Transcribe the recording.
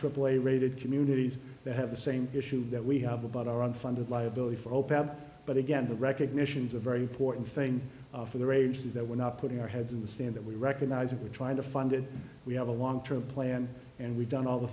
aaa rated communities that have the same issues that we have about our unfunded liability for opeth but again the recognition is a very important thing for the rage that we're not putting our heads in the stand that we recognize that we're trying to find it we have a long term plan and we've done all the